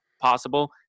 possible